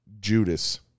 Judas